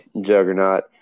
juggernaut